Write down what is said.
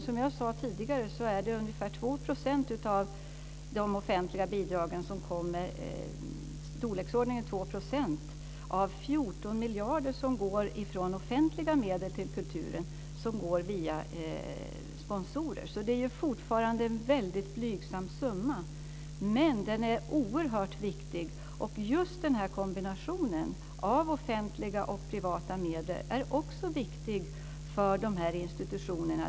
Som jag sade tidigare går motsvarande ungefär 2 % av de 14 miljarder ur offentliga medel som avsätts till kulturen via sponsorer. Fortfarande är det alltså fråga om en blygsam summa men den är oerhört viktig. Just kombinationen av offentliga och privata medel är också viktig för de här institutionerna.